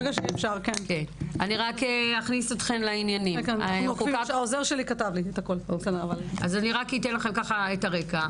אני אכניס אתכן לעניינים, אני אתן לכן את הרקע.